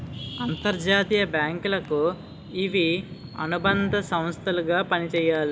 అంతర్జాతీయ బ్యాంకులకు ఇవి అనుబంధ సంస్థలు గా పనిచేస్తాయి